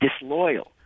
disloyal